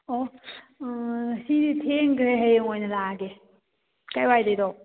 ꯑꯣ ꯉꯁꯤꯗꯤ ꯊꯦꯡꯈ꯭ꯔꯦ ꯍꯌꯦꯡ ꯑꯣꯏꯅ ꯂꯥꯛꯑꯒꯦ ꯀꯗꯥꯏꯋꯥꯏꯗꯒꯤꯅꯣ